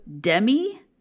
Demi